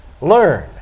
learn